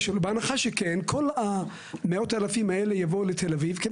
בהנחה שכן כל מאות האלפים האלה יבואו לתל אביב כי הם